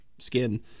skin